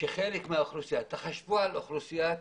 שחלק מהאוכלוסייה, תחשבו על אוכלוסיית